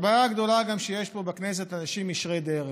הבעיה הגדולה היא שיש גם פה אנשים ישרי דרך,